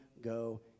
go